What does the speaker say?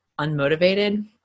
unmotivated